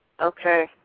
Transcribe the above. Okay